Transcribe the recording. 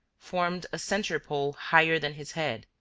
formed a centre pole higher than his head.